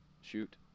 shoot